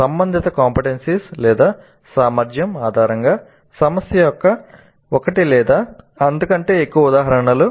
సంబంధిత CO సామర్థ్యం ఆధారంగా సమస్య యొక్క ఒకటి లేదా అంతకంటే ఎక్కువ ఉదాహరణలు